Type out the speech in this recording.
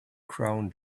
crown